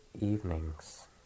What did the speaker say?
evenings